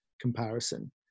comparison